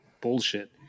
bullshit